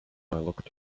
locked